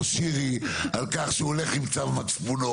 שירי על כך שהוא הולך עם צו מצפונו.